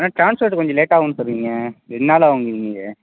அதான் ட்ராஸ்போர்ட் கொஞ்சம் லேட் ஆகுன்னு சொன்னீங்க ரெண்டு நாள் ஆகுன்னீங்களே